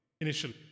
initially